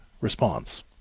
response